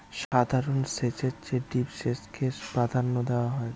সাধারণ সেচের চেয়ে ড্রিপ সেচকে প্রাধান্য দেওয়া হয়